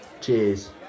Cheers